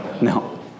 No